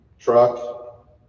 Truck